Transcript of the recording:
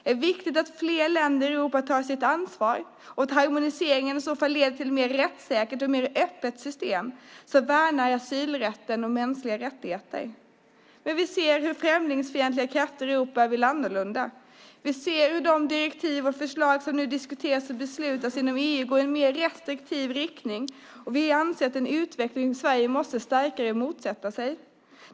Det är viktigt att fler länder i Europa tar sitt ansvar och att harmoniseringen leder till ett mer rättssäkert och mer öppet system som värnar asylrätten och mänskliga rättigheter. Men vi ser hur främlingsfientliga krafter i Europa vill annorlunda. Vi ser att de direktiv och förslag som nu diskuteras och beslutas inom Europeiska unionen går i mer restriktiv riktning. Vi anser att det är en utveckling Sverige måste motsätta sig.